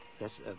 yes